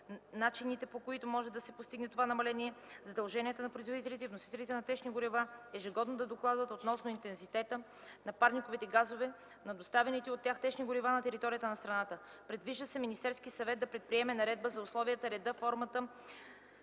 начините, по които може да се постигне това намаление; задълженията на производителите и вносителите на течни горива ежегодно да докладват относно интензитета на парниковите газове на доставяните от тях течни горива на територията на страната. Предвижда се Министерският съвет да приеме наредба за условията, реда, формата